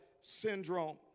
syndrome